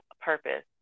purpose